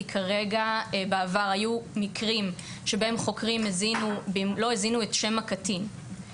כי בעבר היו מקרים שבהם חוקרים לא הזינו את שם הקטין,